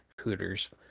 Hooters